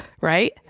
right